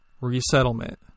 resettlement